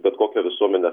bet kokia visuomenė